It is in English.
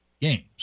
games